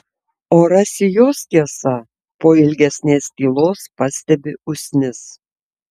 o rasi jos tiesa po ilgesnės tylos pastebi usnis